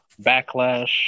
Backlash